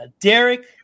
Derek